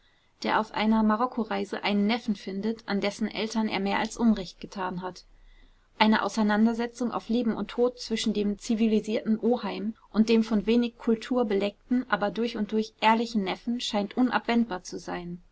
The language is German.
der auf einer marokkoreise einen neffen findet an dessen eltern er mehr als unrecht getan hat eine auseinandersetzung auf leben und tod zwischen dem zivilisierten oheim und dem von wenig kultur beleckten aber durch und durch ehrlichen neffen scheint unabwendbar zu sein